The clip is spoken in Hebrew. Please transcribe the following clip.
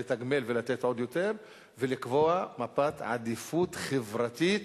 לתגמל ולתת עוד יותר ולקבוע מפת עדיפות חברתית